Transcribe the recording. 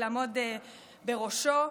לעמוד בראשו,